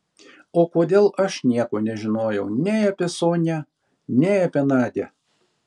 o kodėl aš nieko nežinojau nei apie sonią nei apie nadią